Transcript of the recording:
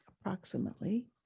approximately